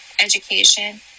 education